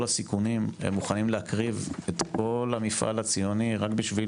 הסיכונים הם מוכנים להקריב את כל המפעל הציוני רק בשביל